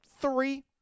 three